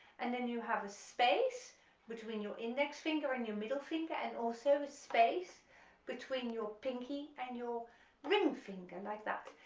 and then you have a space between your index finger and your middle finger, and also a space between your pinky and your ring finger, like that,